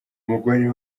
umugore